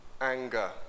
anger